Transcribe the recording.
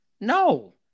No